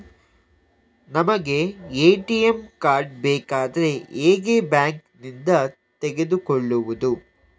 ನಮಗೆ ATM card ಬೇಕಾದ್ರೆ ಹೇಗೆ ಬ್ಯಾಂಕ್ ನಿಂದ ತೆಗೆದುಕೊಳ್ಳುವುದು?